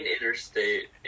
interstate